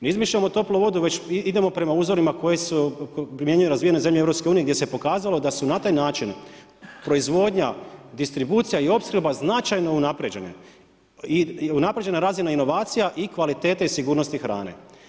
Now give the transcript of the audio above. Ne izmišljamo toplu vodu, već idemo prema uzorima koji se primjenjuju razvijene zemlje EU gdje se pokazalo da su na taj način proizvodnja, distribucija i opskrba značajno unaprijeđene i unaprijeđena je razina inovacija i kvalitete i sigurnosti hrane.